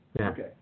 Okay